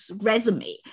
resume